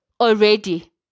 already